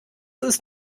ist